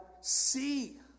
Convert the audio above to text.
see